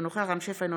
אינו נוכח רם שפע,